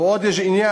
ויש עוד עניין,